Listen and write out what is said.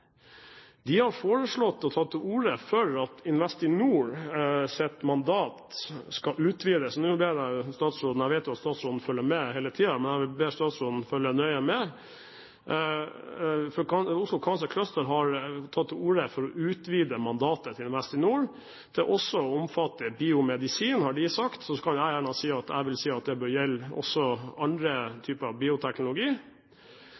de sterkeste bioteknologimiljøene, ikke bare i Norge, men også i verden. De har foreslått og tatt til orde for at Investinors mandat skal utvides. Jeg vet jo at statsråden følger med hele tiden, men jeg vil be statsråden følge nøye med. Oslo Cancer Cluster har tatt til orde for å utvide mandatet til Investinor til også å omfatte biomedisin – har de sagt, og så vil jeg gjerne si at det også bør gjelde andre typer bioteknologi. De har for så vidt også